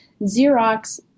Xerox